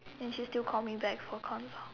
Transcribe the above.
and she still call me back for consult